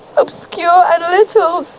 obscure, and little,